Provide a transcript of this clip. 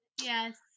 Yes